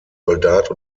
soldat